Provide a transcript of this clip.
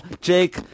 Jake